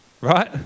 right